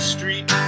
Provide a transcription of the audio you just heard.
Street